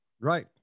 Right